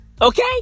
Okay